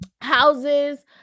houses